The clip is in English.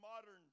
modern